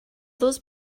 those